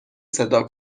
صدا